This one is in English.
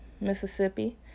Mississippi